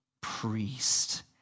priest